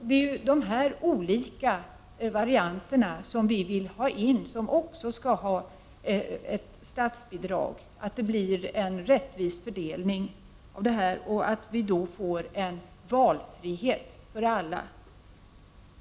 Det är de här olika varianterna som vi vill ha in som också skall ha statsbidrag, så att det blir en rättvis fördelning och det skapas en valfrihet för alla.